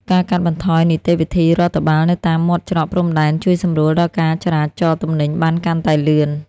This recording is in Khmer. ការកាត់បន្ថយនីតិវិធីរដ្ឋបាលនៅតាមមាត់ច្រកព្រំដែន ជួយសម្រួលដល់ការចរាចរទំនិញបានកាន់តែលឿន។